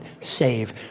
save